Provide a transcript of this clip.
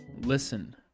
Listen